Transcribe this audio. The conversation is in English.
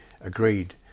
agreed